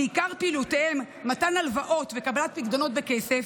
שעיקר פעילויותיהם מתן הלוואות וקבלת פיקדונות בכסף,